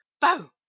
Bow